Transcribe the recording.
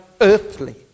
earthly